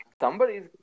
Somebody's